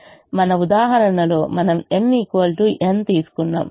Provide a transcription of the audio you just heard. మన ఉదాహరణలో మనం m n తీసుకున్నాము